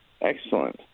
excellent